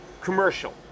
commercial